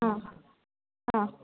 ಹಾಂ ಹಾಂ